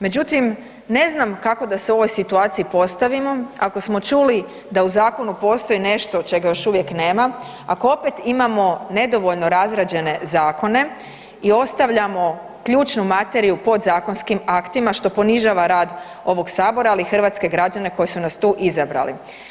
Međutim, ne znam kako da se u ovoj situaciji postavimo, ako smo čuli da u zakonu postoji nešto čega još uvijek nema, ako opet imamo nedovoljno razrađene zakone i ostavljamo ključnu materiju podzakonskim aktima, što ponižava rad ovog Sabora, ali i hrvatske građane koji su nas tu izabrali.